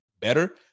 better